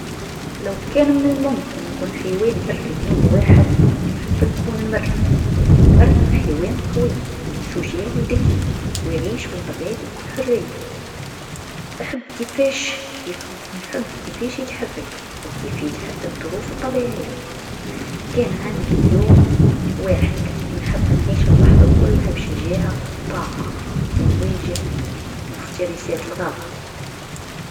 لو كان من الممكن أنو نكون حيوان بري ليوم واحد نحب نكون نمر لأنو النمر حيوان قوي شجاع و ذكي و يعيش في الغابات بكل حريه، أحب كيفاش يحب- نحب كيفاش يتحرك و كيف يتحدى الظروف الطبيعيه، كان عندي يوم واحد نحب نعيش اللحظه كلها بشجاعه و طاقه و نواجه مفترسات الغابة.